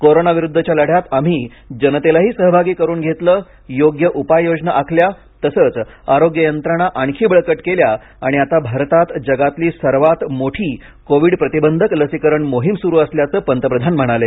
कोरोनाविरुद्धच्या लढ्यात आम्ही जनतेलाही सहभागी करून घेतलं योग्य उपाययोजना आखल्या तसंच आरोग्य यंत्रणा आणखी बळकट केल्या आणि आता भारतात जगातली सर्वात मोठी कोविड प्रतिबंधक लसीकरण मोहीम सुरू असल्याचं पंतप्रधान म्हणाले